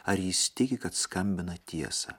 ar jis tiki kad skambina tiesą